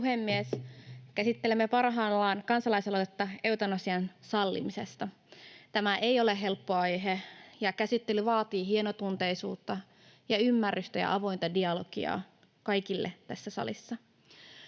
puhemies! Käsittelemme parhaillaan kansalaisaloitetta eutanasian sallimisesta. Tämä ei ole helppo aihe, ja käsittely vaatii hienotunteisuutta ja ymmärrystä ja avointa dialogia kaikille tässä salissa.